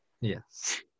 Yes